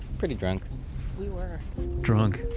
pretty drunk we were drunk,